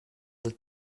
that